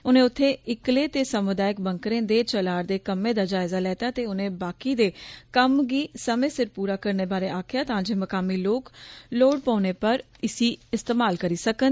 उनें उत्थे इक्कले ते समुदायक बंकरें दे चला रदे कम्मे दा जायज़ा लैता ते उनें बाकी दे कम्म समय सिर पूरा करने बारे आक्खेया तां जे मकामी लोक लोड़ पौने पर इसी इस्तमाल करी सकन